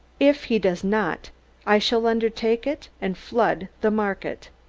if he does not i shall undertake it, and flood the market!